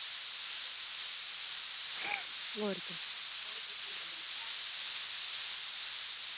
होर केह्